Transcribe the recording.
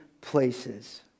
places